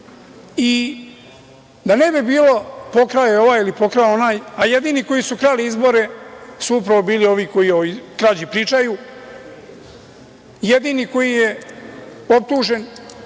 I, da ne bi bilo pokrao je onaj, pokrao je onaj, a jedini koji su krali izbore su upravo bili ovi koji o krađi pričaju. Jedini koji je optužen